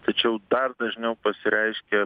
tačiau dar dažniau pasireiškia